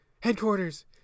headquarters